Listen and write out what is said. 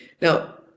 Now